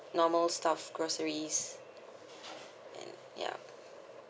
normal stuff groceries and ya